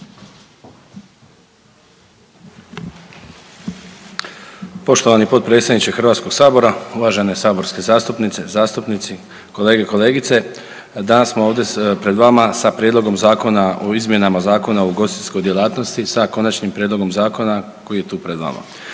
Poštovani potpredsjedniče Hrvatskog sabora, uvažene saborske zastupnice, zastupnici, kolege, kolegice danas smo ovdje pred vama sa Prijedlogom Zakona o izmjenama Zakona o ugostiteljskoj djelatnosti sa konačnim prijedlogom zakona koji je tu pred vama.